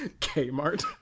Kmart